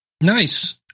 Nice